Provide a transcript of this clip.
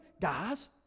guys